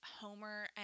Homer